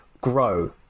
grow